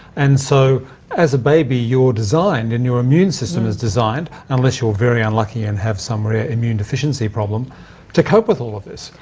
and so as a baby, you're designed and your immune system is designed unless you're very unlucky and have some rare immune deficiency problem to cope with all of this.